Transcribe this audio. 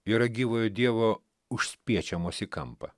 yra gyvojo dievo užspiečiamos į kampą